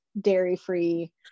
dairy-free